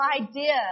idea